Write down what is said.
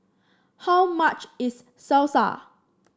how much is Salsa